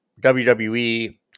WWE